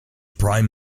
prime